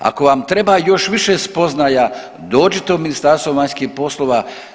Ako vam treba još više spoznaja dođite u Ministarstvo vanjskih poslova.